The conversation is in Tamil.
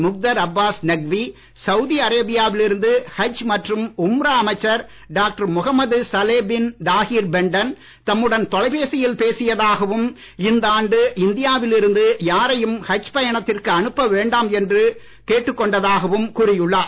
முக்தர் அபாஸ் நக்வி சவூதி அரேபியாவில் இருந்து ஹஜ் மற்றும் உம்ரா அமைச்சர் doctor Mohammed Saleh bin Taher Benten தம்முடன் தொலைபேசியில் பேசியதாகவும் இந்த ஆண்டு இந்தியாவில் இருந்து யாரையும் ஹஜ் பயணத்திற்கு அனுப்ப வேண்டாம் என்று கேட்டுக் கொண்டதாகவும் கூறியுள்ளார்